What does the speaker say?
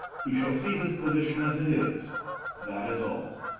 he shall see his position as it is that is all.